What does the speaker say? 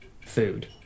food